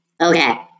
okay